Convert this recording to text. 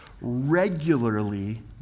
regularly